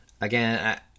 again